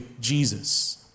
Jesus